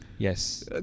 Yes